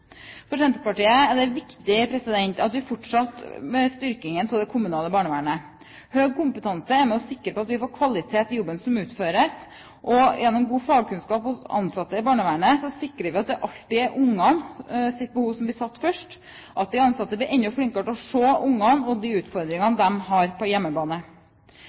For Senterpartiet er det viktig at vi fortsetter med styrkingen av det kommunale barnevernet. Høy kompetanse er med og sikrer at vi får kvalitet i jobben som utføres. Gjennom god fagkunnskap hos ansatte i barnevernet sikrer vi at det alltid er ungenes behov som blir satt først, at de ansatte blir enda flinkere til å se ungene og de utfordringene de har på hjemmebane.